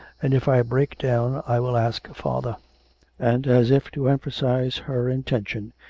and if i break down i will ask father and as if to emphasise her intention,